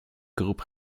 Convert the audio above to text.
groupe